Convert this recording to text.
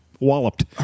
Walloped